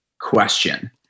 question